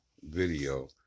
Video